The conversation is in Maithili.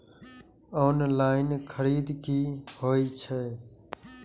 ऑनलाईन खरीद की होए छै?